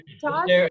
Todd